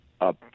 up